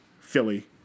Philly